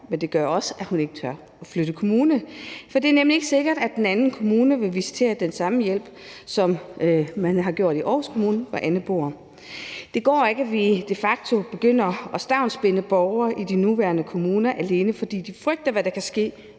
men det gør også, at hun ikke tør at flytte kommune. For det er nemlig ikke sikkert, at den anden kommune vil visitere til den samme hjælp, som man har gjort i Aarhus Kommune, hvor Anne bor. Det går ikke, at vi de facto begynder at stavnsbinde borgere i de nuværende kommuner, alene fordi de frygter, hvad der kan ske